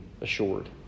assured